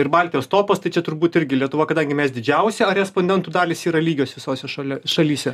ir baltijos topas tai čia turbūt irgi lietuva kadangi mes didžiausia ar respondentų dalys yra lygios visose šali šalyse